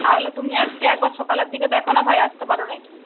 তাহলে তুমি আজকে একবার সকালের দিকে দেখো না ভায়া আসতে পারো না কি